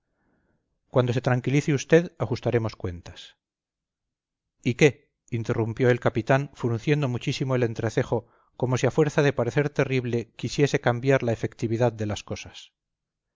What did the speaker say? cuando se tranquilice usted ajustaremos cuentas y qué interrumpió el capitán frunciendo muchísimo el entrecejo como si a fuerza de parecer terrible quisiese cambiar la efectividad de las cosas